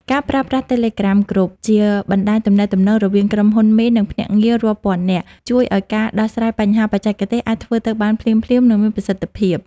ការប្រើប្រាស់ Telegram Group ជាបណ្ដាញទំនាក់ទំនងរវាងក្រុមហ៊ុនមេ និងភ្នាក់ងាររាប់ពាន់នាក់ ជួយឱ្យការដោះស្រាយបញ្ហាបច្ចេកទេសអាចធ្វើទៅបានភ្លាមៗ និងមានប្រសិទ្ធភាព។